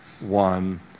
one